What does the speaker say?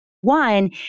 One